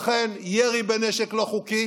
לכן ירי בנשק לא חוקי